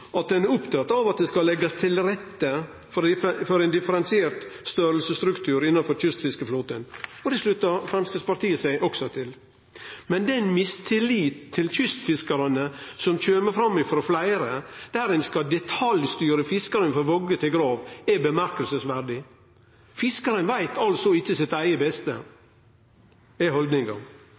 at ein er opptatt av at det skal leggjast til rette for ein differensiert størrelsesstruktur innanfor kystfiskeflåten. Og det sluttar Framstegspartiet seg også til. Men denne mistilliten til kystfiskarane som kjem fram frå fleire, der ein skal detaljstyre fiskaren frå vogge til grav, er påfallande. Haldninga er altså at fiskaren ikkje veit sitt eige beste.